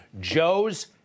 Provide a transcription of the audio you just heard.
Joe's